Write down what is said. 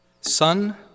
Sun